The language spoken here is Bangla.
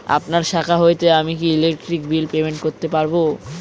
আপনার শাখা হইতে আমি কি ইলেকট্রিক বিল পেমেন্ট করতে পারব?